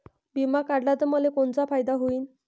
बिमा काढला त मले कोनचा फायदा होईन?